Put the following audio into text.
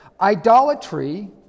idolatry